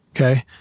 Okay